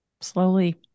slowly